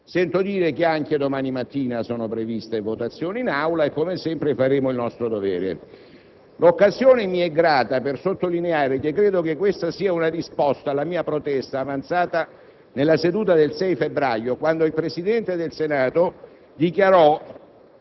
Sento dire che anche domani mattina sono previste votazioni in Aula e come sempre faremo il nostro dovere. L'occasione mi è grata per sottolineare che credo questa sia una risposta alla mia protesta, avanzata nella seduta del 6 febbraio, quando il Presidente del Senato dichiarò